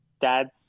dad's